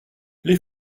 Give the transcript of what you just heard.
les